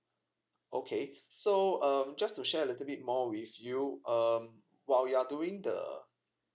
okay so um just to share a little bit more with you um while you are doing the